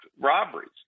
robberies